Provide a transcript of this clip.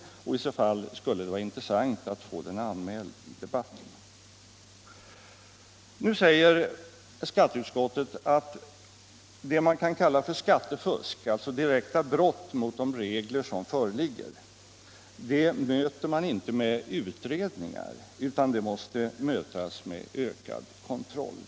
I så fall vore det intressant att få den anmäld i debatten. Utskottet framhåller att det som kallas för skattefusk, alltså direkta brott mot de regler som föreligger, inte kan mötas med utredningar utan måste mötas med ökad kontroll.